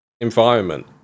environment